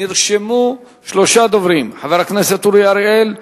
נרשמו שלושה דוברים: חבר הכנסת אורי אריאל,